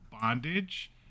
Bondage